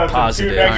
positive